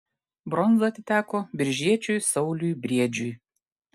bronza atiteko biržiečiui sauliui briedžiui